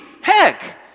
Heck